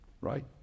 right